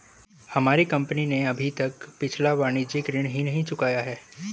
हमारी कंपनी ने अभी तक पिछला वाणिज्यिक ऋण ही नहीं चुकाया है